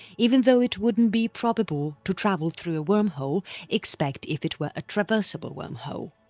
even though it wouldn't be probable to travel through a wormhole except if it were a traversable wormhole.